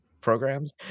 programs